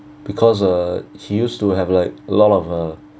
because uh he used to have like lot of a